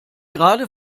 gerade